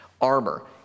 Armor